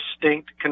distinct